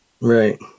right